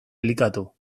elikatu